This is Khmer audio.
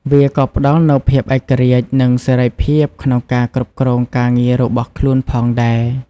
វាក៏ផ្តល់នូវភាពឯករាជ្យ និងសេរីភាពក្នុងការគ្រប់គ្រងការងាររបស់ខ្លួនផងដែរ។